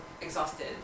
exhausted